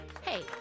Hey